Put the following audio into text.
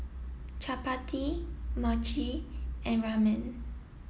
Chapati Mochi and Ramen